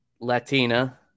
Latina